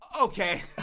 Okay